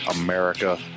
america